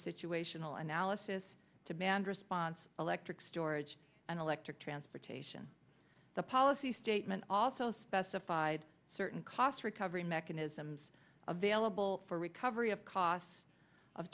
situational analysis to manage response electric storage and electric transportation the policy statement also specified certain cost recovery mechanisms available for recovery of costs of